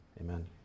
Amen